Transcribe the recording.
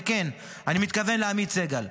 וכן, אני מתכוון לעמית סגל.